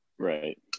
Right